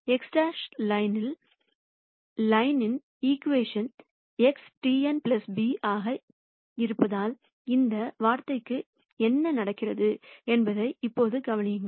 Xலைன்யிலும் லைன்யின் equation X T n b ஆகவும் இருப்பதால் இந்த வார்த்தைக்கு என்ன நடக்கிறது என்பதை இப்போது கவனியுங்கள்